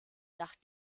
nach